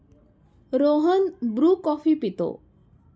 Rohan Bru coffee पितो